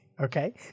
okay